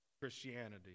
Christianity